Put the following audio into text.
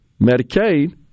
Medicaid